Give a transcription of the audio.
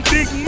Big